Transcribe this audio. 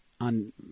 On